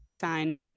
sign